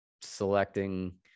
selecting